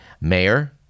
mayor